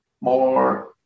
more